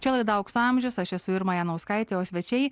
čia laida aukso amžius aš esu irma janauskaitė o svečiai